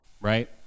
right